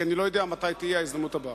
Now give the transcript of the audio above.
כי אני לא יודע מתי תהיה ההזדמנות הבאה.